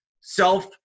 self